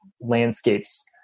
landscapes